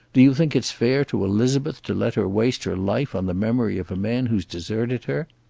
do you think it is fair to elizabeth to let her waste her life on the memory of a man who's deserted her?